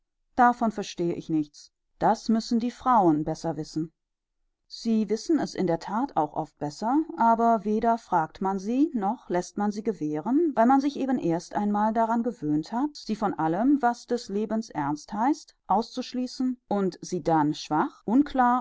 davon verstehe ich nichts das müssen die frauen besser wissen sie wissen es in der that auch oft besser aber weder fragt man sie noch läßt man sie gewähren weil man sich eben einmal daran gewöhnt hat sie von allem was des lebens ernst heißt auszuschließen und sie dann schwach unklar